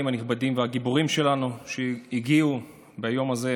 הנכבדים והגיבורים שלנו שהגיעו ביום הזה,